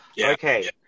Okay